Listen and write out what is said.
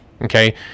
Okay